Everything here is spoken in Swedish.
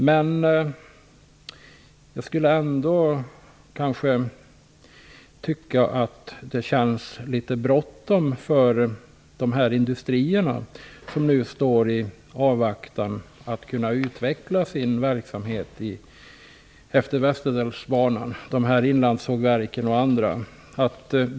Men jag tycker ändå att det känns som att det är bråttom för industrierna, inlandssågverken och andra, som nu väntar på att kunna utveckla sin verksamhet efter Västerdalsbanan.